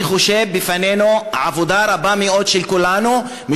אני חושב שלפנינו עבודה רבה מאוד של כולנו,